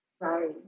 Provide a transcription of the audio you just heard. Right